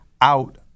out